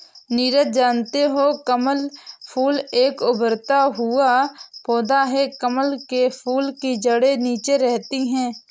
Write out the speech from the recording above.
नीरज जानते हो कमल फूल एक उभरता हुआ पौधा है कमल के फूल की जड़े नीचे रहती है